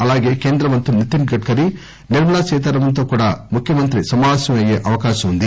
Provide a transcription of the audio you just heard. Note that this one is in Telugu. అలాగే కేంద్ర మంత్రులు నితిస్ గడ్కరీ నిర్మలా సీతారామస్ తో కూడా ముఖ్యమంత్రి సమాపేశం అయ్యే అవకాశం వుంది